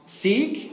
Seek